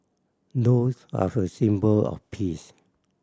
doves are a symbol of peace